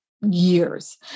years